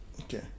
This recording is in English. okay